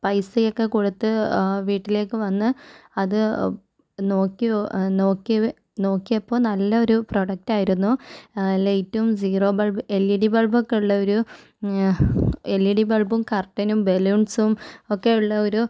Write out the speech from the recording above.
പൈസ ഒക്കെ കൊടുത്ത് വീട്ടിലേക്ക് വന്ന് അത് നോക്കിയോ നോക്കിയ നോക്കിയപ്പം നല്ലൊരു പ്രോഡക്റ്റ് ആയിരുന്നു ലൈറ്റും zero bulb L E D bulb ഒക്കെ ഉള്ള ഒരു എൽ ഇ ഡി ബള്ബും കര്ട്ടനും ബലൂണ്സും ഒക്കെ ഉള്ള ഒരു